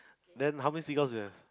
then how many seagulls you have